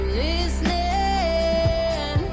listening